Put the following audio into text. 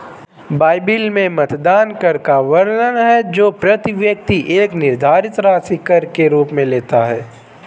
Bible में मतदान कर का वर्णन है जो प्रति व्यक्ति एक निर्धारित राशि कर के रूप में लेता है